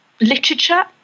literature